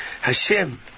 Hashem